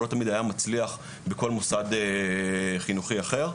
או לא תמיד היה מצליח בכל מוסד חינוכי אחר.